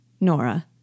Nora